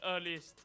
earliest